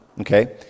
okay